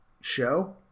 show